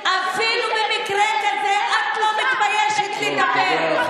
אפילו במקרה כזה את לא מתביישת לדבר.